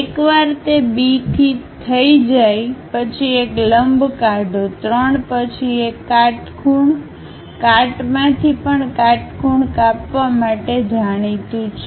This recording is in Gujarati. એકવાર તે B થી થઈ જાય પછી એક લંબ કાઢો 3 પછી એક કાટખૂણ કાટમાંથી પણ કાટખૂણ કાપવા માટે જાણીતું છે